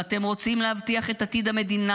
אם אתם רוצים להבטיח את עתיד המדינה